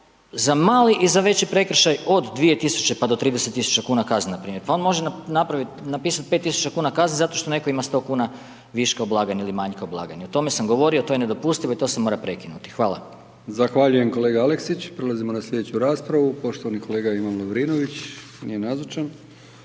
za mali i za veći prekršaj od 2.000,00 pa do 30.000,00 kuna kazna na primjer, pa on može napravit, napisat 5.000,00 kuna kazne zato što netko ima sto kuna viška u blagajni, ili manjka u blagajni, o tome sam govorio, to je nedopustivo i to se mora prekinuti. Hvala. **Brkić, Milijan (HDZ)** Zahvaljujem kolega Alkesić. Prelazimo na sljedeću raspravu, poštovani kolega Ivan Lovrinović. Nije nazočan.